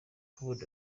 kubona